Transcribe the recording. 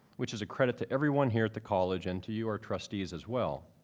which is a credit to everyone here at the college and to you, our trustees, as well.